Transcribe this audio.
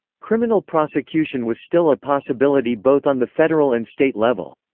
criminal prosecution was still a possibility both on the federal and state level.